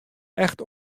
echt